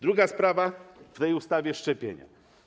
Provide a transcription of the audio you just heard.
Druga sprawa w tej ustawie: szczepienia.